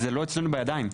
זה לא אצלנו בידיים.